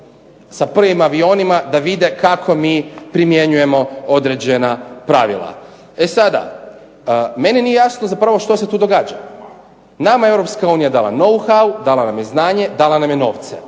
sa prvim avionima da vide kako mi primjenjujemo određena pravila. E sada, meni nije jasno zapravo što se tu događa? Nama je EU dala know how, dala nam je znanje, dala nam je novce.